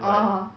orh